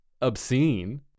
obscene